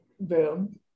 Boom